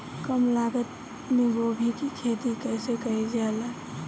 कम लागत मे गोभी की खेती कइसे कइल जाला?